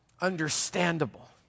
understandable